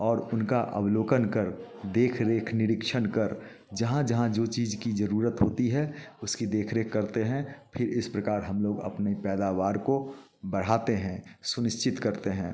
और उनका अवलोकन कर देख रेख निरीक्षण कर जहाँ जहाँ जो चीज़ की जरूरत होती है उसकी देख रेख करते हैं फिर इस प्रकार हम लोग अपनी पैदावार को बढ़ाते हैं सुनिश्चित करते हैं